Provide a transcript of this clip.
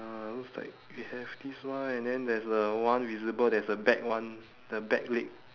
looks like we have this one and then there is a one visible there is a back one the back leg